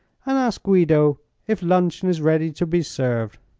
and ask guido if luncheon is ready to be served.